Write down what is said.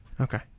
Okay